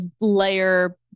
layer